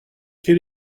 quel